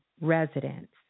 residents